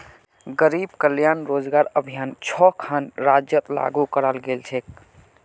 गरीब कल्याण रोजगार अभियान छो खन राज्यत लागू कराल गेल छेक